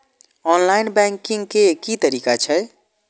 Online banking के की तरीका छै?